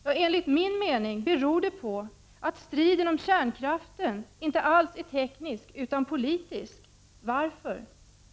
Ja, enligt min mening är striden om kärnkraften inte alls teknisk utan politisk. Varför?